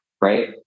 right